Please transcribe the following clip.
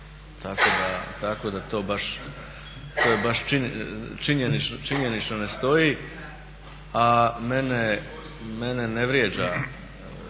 tako da to baš činjenično ne stoji, a mene ne vrijeđa